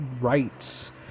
rights